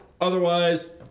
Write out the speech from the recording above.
Otherwise